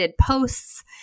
posts